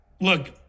look